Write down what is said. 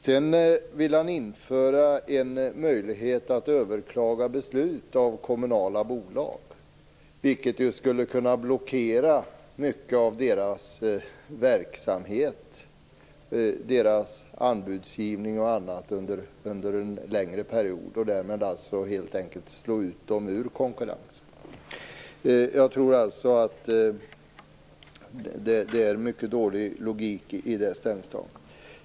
Sedan vill han införa en möjlighet att överklaga beslut om kommunala bolag, vilket ju skulle kunna blockera mycket av deras verksamhet, deras anbudsgivning och annat under en längre period, och därmed helt slå ut dem från konkurrensen. Jag tror att det är en mycket dålig logik i det ställningstagandet.